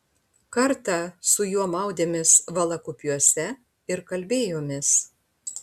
kartą su juo maudėmės valakupiuose ir kalbėjomės